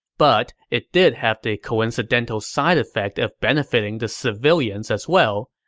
but it did have the coincidental side effect of benefitting the civilians as well,